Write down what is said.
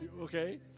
Okay